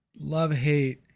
love-hate